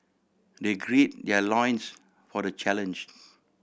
they gird their loins for the challenge